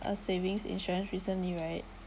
a savings insurance recently right